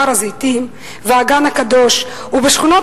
בהר-הזיתים ובאגן הקדוש ובשכונות